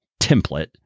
template